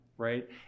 right